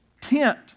tent